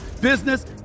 business